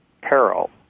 peril